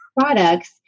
products